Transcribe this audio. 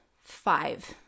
five